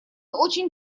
очень